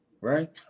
right